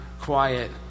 quiet